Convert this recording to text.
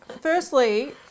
firstly